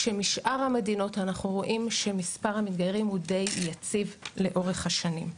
כשמשאר המדינות אנחנו רואים שמספר המתגיירים הוא די יציב לאורך השנים.